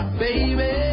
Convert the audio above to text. baby